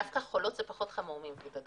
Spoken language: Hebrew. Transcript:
דווקא חולות זה פחות חמור ממבודדות.